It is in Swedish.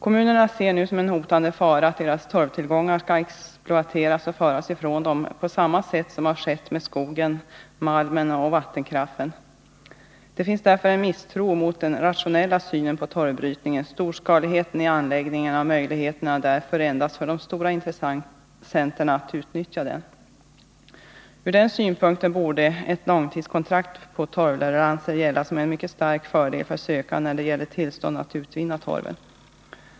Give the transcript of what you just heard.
Kommunerna ser nu som en hotande fara att deras torvtillgångar skall exploateras och föras från dem, på samma sätt som har skett med skogen, malmen och vattenkraften. Det finns därför en misstro mot den rationella synen på torvbrytningen och storskaligheten i anläggningarna, något som ger möjligheter endast för stora intressenter att utnyttja den. Ur den synpunkten borde ett långtidskontrakt på torvleveranser gälla som en mycket stark fördel för en sökande när det gäller tillstånd att utvinna torven.